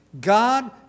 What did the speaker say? God